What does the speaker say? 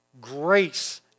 grace